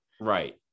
Right